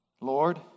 Lord